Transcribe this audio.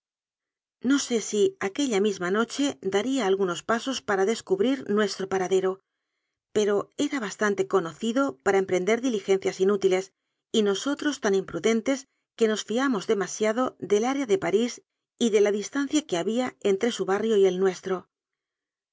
no sé si aquella misma no che daría algunos pasos para descubrir nuestro paradero pero era bastante conocido para em prender diligencias inútiles y nosotros tan impru dentes que nos fiamos demasiado del área de pa rís y de la distancia que había entre su barrio y el nuestro